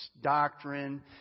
doctrine